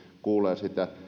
kuulee